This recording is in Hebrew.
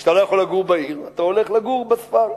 כשאתה לא יכול לגור בעיר, אתה הולך לגור בספר.